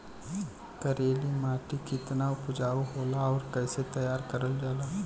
करेली माटी कितना उपजाऊ होला और कैसे तैयार करल जाला?